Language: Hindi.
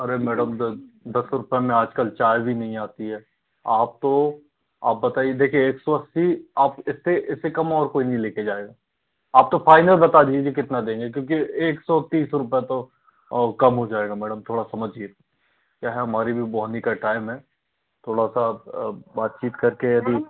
अरे मैडम दस दस रुपये मैं आज कल चाय भी नहीं आती है आप तो आप बताइए देखिए एक सौ अस्सी आप इससे इससे कम और कोई नहीं ले कर जाएगा आप तो फाइनल बता दीजिए कितना देंगी क्योंकि एक सौ तीस रुपये तो कम हो जाएगा मैडम थोड़ा समझिए क्या है हमारी भी बोहनी का टाइम है थोड़ा सा बातचीत करके यदि